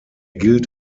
gilt